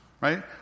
right